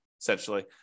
essentially